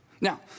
Now